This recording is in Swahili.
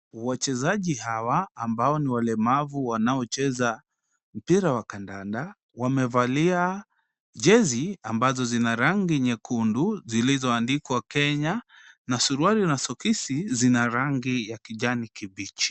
Wachezaji hawa ambao ni walemavu wanaocheza mpira wa kandanda wamevalia, jezi ambazo zina rangi nyekundu zilizoandikwa Kenya na suruali na soksi zina rangi ya kijani kibichi.